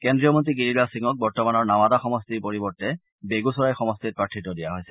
কেন্দ্ৰীয় মন্ত্ৰী গিৰিৰাজ সিঙক বৰ্তমানৰ নাৱাডা সমষ্টিৰ পৰিৱৰ্তে বেগুচৰাই সমষ্টিত প্ৰাৰ্থিত্ব দিয়া হৈছে